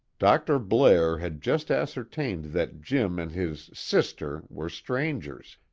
dr. blair had just ascertained that jim and his sister were strangers,